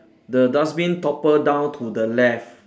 the dustbin toppled down to the left